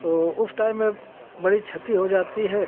तो उस टाइम में बड़ी क्षती हो जाती है